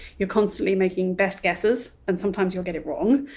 you're constantly making best guesses, and sometimes you'll get it wrong.